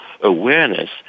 awareness